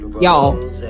y'all